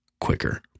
quicker